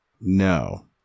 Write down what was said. No